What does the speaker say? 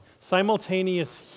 Simultaneous